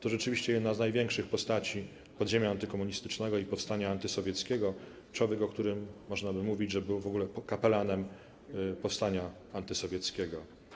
To rzeczywiście jedna z największych postaci podziemia antykomunistycznego i powstania antysowieckiego, człowiek, o którym można by mówić, że był w ogóle kapelanem powstania antysowieckiego.